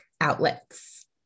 outlets